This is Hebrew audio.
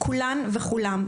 כולם וכולן,